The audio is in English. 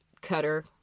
Cutter